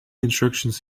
instructions